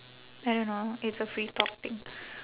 I don't know it's a free topic